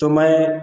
तो मैं